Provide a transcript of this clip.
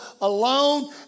alone